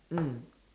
mm